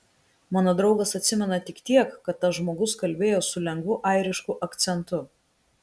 mano draugas atsimena tik tiek kad tas žmogus kalbėjo su lengvu airišku akcentu